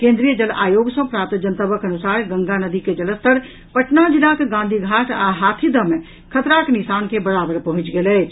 केन्द्रीय जल आयोग सॅ प्राप्त जनतबक अनुसार गंगा नदी के जलस्तर पटना जिलाक गांधी घाट आ हाथीदह मे खतराक निशान के बराबर पहुंचि गेल अछि